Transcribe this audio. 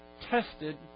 tested